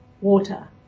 water